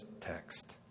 text